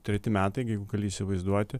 treti metai jeigu gali įsivaizduoti